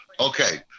Okay